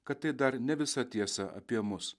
kad tai dar ne visa tiesa apie mus